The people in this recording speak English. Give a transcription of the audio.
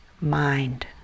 mind